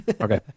okay